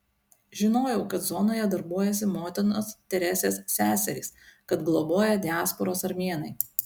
žinojau kad zonoje darbuojasi motinos teresės seserys kad globoja diasporos armėnai